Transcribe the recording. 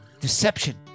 deception